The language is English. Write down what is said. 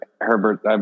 Herbert